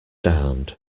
darned